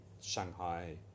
Shanghai